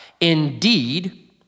Indeed